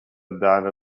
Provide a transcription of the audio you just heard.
davė